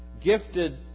gifted